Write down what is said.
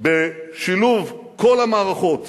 בשילוב כל המערכות,